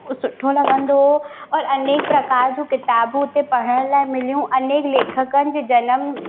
उहो सुठो लगंदो हुओ और अनेक प्रकार जूं किताबूं हुते पढ़ण लाइ मिलियूं अन्य लेखकनि जे जनम